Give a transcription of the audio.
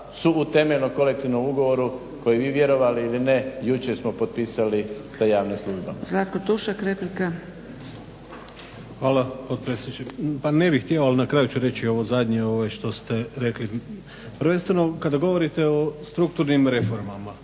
su u temeljnom Kolektivnom ugovoru koji vi vjerovali ili ne jučer smo potpisali sa javnim službama.